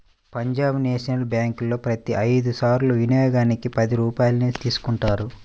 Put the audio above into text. Punjab national బ్యేంకులో ప్రతి ఐదు సార్ల వినియోగానికి పది రూపాయల్ని తీసుకుంటారు